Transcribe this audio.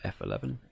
F11